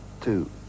two